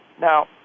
Now